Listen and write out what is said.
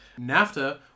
NAFTA